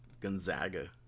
gonzaga